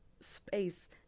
space